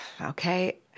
Okay